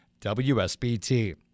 WSBT